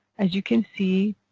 as you can see